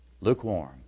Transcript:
Lukewarm